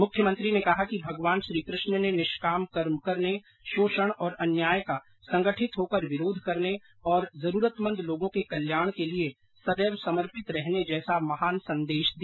मुख्यमंत्री ने कहा कि भगवान श्री केष्ण ने निष्काम कर्म करने शोषण और अन्याय का संगठित होकर विरोध करने और जरूरतमंद लोगों के कल्याण के लिए सदैव समर्पित रहने जैसा महान संदेश दिया